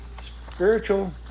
Spiritual